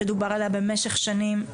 שדובר עליה במשך שנים,